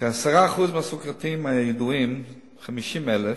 כ-10% מהסוכרתיים הידועים, 50,000,